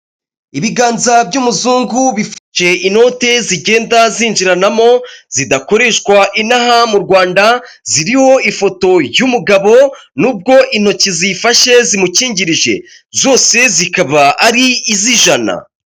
Ibiganza by'umuzungu bifashe inoti zigenda zinjiranamo zidakoreshwa inaha mu Rwanda ziriho ifoto y'umugabo n'ubwo intoki zifashe zimukingirije, zose zikaba ari iz'ijana.